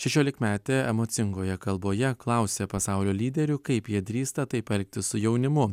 šešiolikmetė emocingoje kalboje klausė pasaulio lyderių kaip jie drįsta taip elgtis su jaunimu